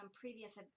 previous